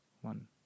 one